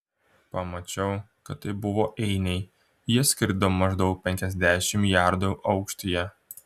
pamačiau kad tai buvo einiai jie skrido maždaug penkiasdešimt jardų aukštyje